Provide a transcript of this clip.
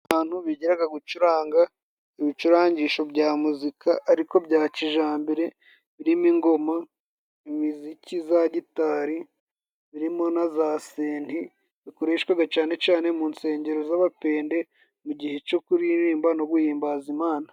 Abantu biga gucuranga ibicurangisho bya muzika, ariko bya kijambere birimo ingoma, z'imiziki za gitari birimo na za seti zakoreshwaga, cane cane mu nsengero z'abapende mu gihe cyo kuririmba no guhimbaza Imana.